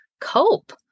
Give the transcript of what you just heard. cope